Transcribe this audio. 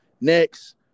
Next